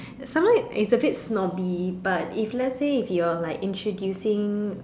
sometime it's a bit snobby but if let's say if you are like introducing